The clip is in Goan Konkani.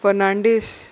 फर्नांडीस